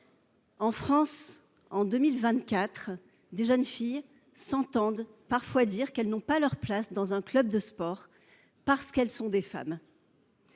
En France, en 2024, des jeunes filles s’entendent parfois dire qu’elles n’ont pas leur place dans un club de sport parce qu’elles sont des femmes.